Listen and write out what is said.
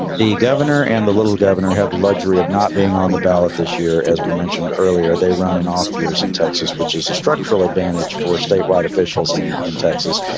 the governor and the little governor have the luxury of not being on the ballot this year. as we mentioned earlier, they run an off year in texas, which is a structural advantage for statewide officials in in texas.